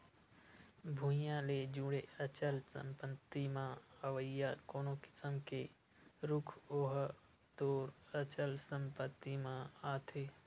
भुइँया ले जुड़े अचल संपत्ति म अवइया कोनो किसम के रूख ओहा तोर अचल संपत्ति म आथे